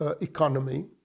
economy